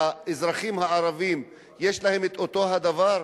האזרחים הערבים, יש להם אותו הדבר?